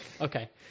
Okay